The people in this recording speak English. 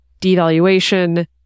devaluation